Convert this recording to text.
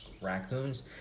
raccoons